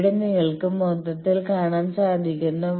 ഇവിടെ നിങ്ങൾക്ക് മൊത്തത്തിൽ കാണാൻ സാധിക്കുന്നു